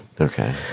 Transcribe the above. Okay